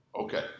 Okay